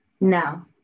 No